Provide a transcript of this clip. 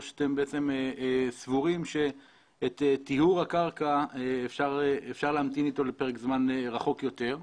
שאתם בעצם סבורים שטיהור הקרקע אפשר להמתין אתו לפרק זמן רחוק יותר.